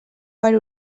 per